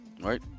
right